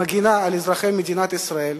מגינה על אזרחי מדינת ישראל.